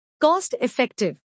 cost-effective